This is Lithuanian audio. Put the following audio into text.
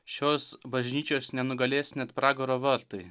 šios bažnyčios nenugalės net pragaro vartai